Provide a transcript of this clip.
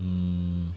um